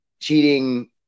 cheating